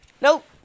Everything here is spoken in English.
Nope